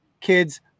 kids